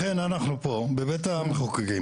לכן אנחנו פה בבית המחוקקים,